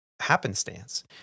happenstance